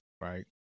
right